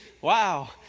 wow